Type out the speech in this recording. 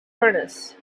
furnace